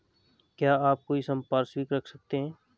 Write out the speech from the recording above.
क्या आप कोई संपार्श्विक रख सकते हैं?